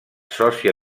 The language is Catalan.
sòcia